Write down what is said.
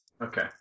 Okay